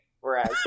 whereas